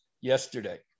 Yesterday